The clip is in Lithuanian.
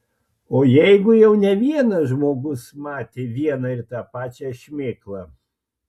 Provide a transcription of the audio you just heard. o jeigu jau ne vienas žmogus matė vieną ir tą pačią šmėklą